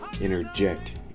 interject